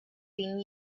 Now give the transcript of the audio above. been